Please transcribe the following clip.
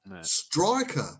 striker